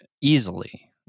easily